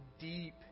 deep